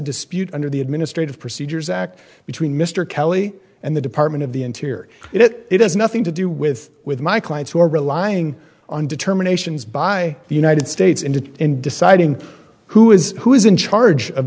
dispute under the administrative procedures act between mr kelly and the department of the interior it it has nothing to do with with my clients who are relying on determinations by the united states indeed in deciding who is who is in charge of